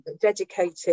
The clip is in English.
dedicated